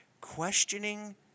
questioning